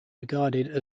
regarded